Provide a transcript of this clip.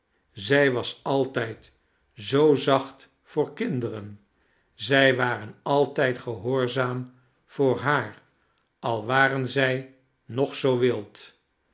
zij was altijd zoo zacht voor kinderen zij waren altijd gehoorzaam voor haar al waren zij nog zoo wild